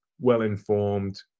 well-informed